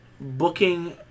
Booking